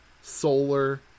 solar